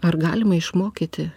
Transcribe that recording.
ar galima išmokyti